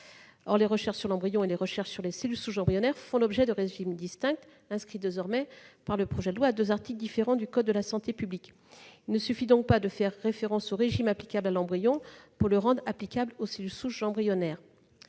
Or les recherches sur l'embryon et celles qui portent sur les cellules souches embryonnaires font l'objet de régimes distincts, inscrits désormais par le projet de loi à deux articles différents du code de la santé publique. Il ne suffit donc pas de faire référence au régime applicable à l'embryon pour le rendre applicable aux cellules souches embryonnaires.